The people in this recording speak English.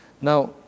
Now